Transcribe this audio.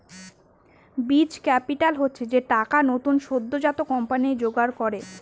বীজ ক্যাপিটাল হচ্ছে যে টাকা নতুন সদ্যোজাত কোম্পানি জোগাড় করে